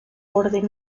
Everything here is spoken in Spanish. orden